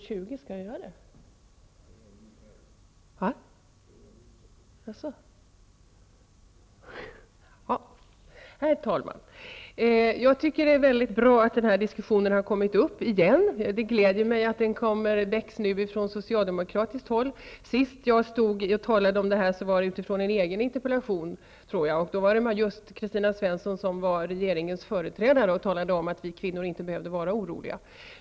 Herr talman! Det är mycket bra att den här diskussionen har kommit upp igen. Det gläder mig att den nu väcks från socialdemokratiskt håll. Sist jag stod här och talade om detta var det utifrån en egen interpellation. Då var det just Kristina Svensson som var regeringens företrädare. Hon talade om att vi kvinnor inte behövde vara oroliga.